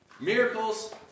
Miracles